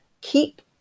keep